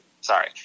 sorry